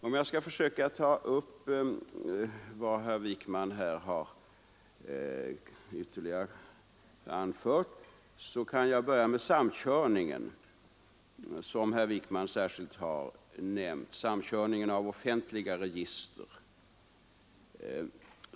Om jag skall försöka ta upp vad herr Wijkman nu ytterligare har anfört, kan jag börja med samkörningen av offentliga register, som han särskilt har nämnt.